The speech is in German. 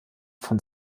von